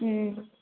हुँ